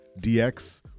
DX